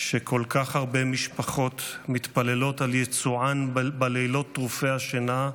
שכל כך הרבה משפחות מתפללות על יצוען בלילות טרופי השינה: